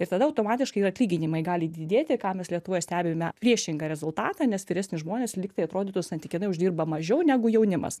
ir tada automatiškai ir atlyginimai gali didėti ką mes lietuvoje stebime priešingą rezultatą nes vyresni žmonės lyg tai atrodytų santykinai uždirba mažiau negu jaunimas